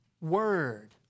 word